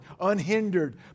unhindered